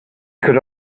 could